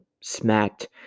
smacked